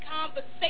conversation